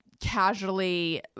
casually